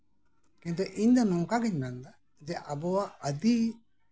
ᱤᱧ ᱫᱚ ᱱᱚᱝᱠᱟ ᱜᱤᱧ ᱢᱮᱱᱫᱟ ᱟᱵᱚᱣᱟᱜ ᱟᱹᱫᱤ